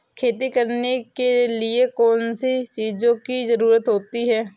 खेती करने के लिए कौनसी चीज़ों की ज़रूरत होती हैं?